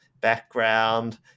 background